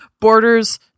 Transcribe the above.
borders